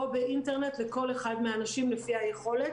באינטרנט לכל אחד מהאנשים לפי היכולת.